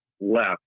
left